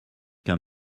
qu’un